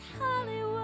Hollywood